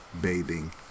bathing